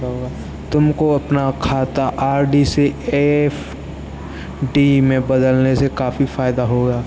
तुमको अपना खाता आर.डी से एफ.डी में बदलने से काफी फायदा होगा